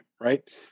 right